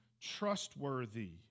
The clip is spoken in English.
trustworthy